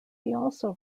also